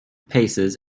paces